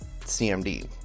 cmd